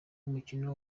mukino